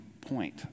point